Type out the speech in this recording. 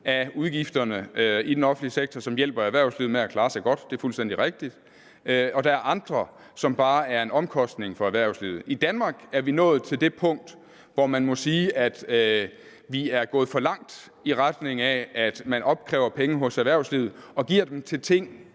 af udgifterne i den offentlige sektor, som hjælper erhvervslivet med at klare sig godt. Det er fuldstændig rigtigt. Og der er andre, som bare er en omkostning for erhvervslivet. I Danmark er vi nået til det punkt, hvor man må sige, at vi er gået for langt i retning af at opkræve penge hos erhvervslivet og give dem til ting,